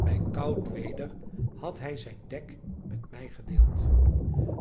bij koud weder had hij zijn dek met mij gedeeld